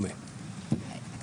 שומעים.